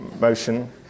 motion